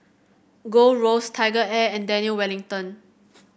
Gold Roast TigerAir and Daniel Wellington